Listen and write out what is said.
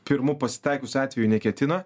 pirmų pasitaikiusių atvejų neketina